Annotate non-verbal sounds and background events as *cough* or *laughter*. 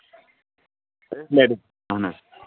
*unintelligible* اَہن حظ